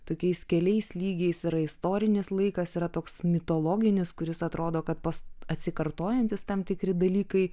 tokiais keliais lygiais yra istorinis laikas yra toks mitologinis kuris atrodo kad pas atsikartojantys tam tikri dalykai